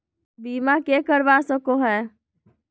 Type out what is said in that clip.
बीमा के करवा सको है?